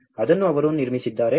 ಅದನ್ನು ಅವರು ನಿರ್ಮಿಸಿದ್ದಾರೆ